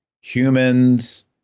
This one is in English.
humans